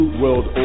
world